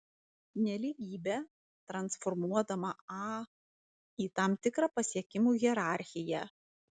nelygybę transformuodama a į tam tikrą pasiekimų hierarchiją